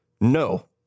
no